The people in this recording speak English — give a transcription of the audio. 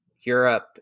Europe